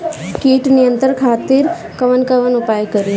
कीट नियंत्रण खातिर कवन कवन उपाय करी?